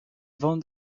van